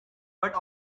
but